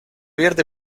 vierte